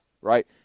right